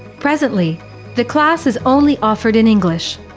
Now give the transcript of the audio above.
presently the class is only offered in english,